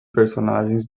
personagens